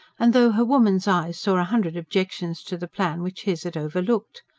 and though her woman's eyes saw a hundred objections to the plan, which his had overlooked.